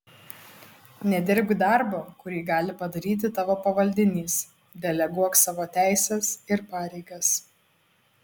nedirbk darbo kurį gali padaryti tavo pavaldinys deleguok savo teises ir pareigas